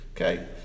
Okay